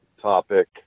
topic